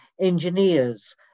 engineers